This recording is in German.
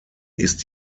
ist